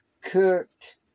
cooked